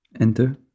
Enter